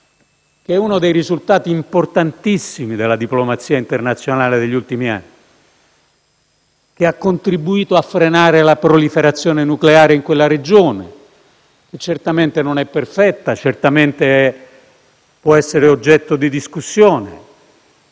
uno dei risultati importantissimi della diplomazia internazionale degli ultimi anni, che ha contribuito a frenare la proliferazione nucleare in quella regione. Certamente l'intesa non è perfetta, certamente può essere oggetto di discussione,